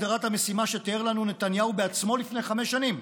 הגדרת המשימה שתיאר לנו נתניהו עצמו לפני חמש שנים,